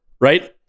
right